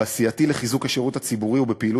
בעשייתי לחיזוק השירות הציבורי ובפעילות